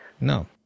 No